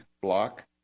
block